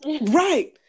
right